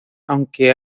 aunque